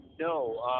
no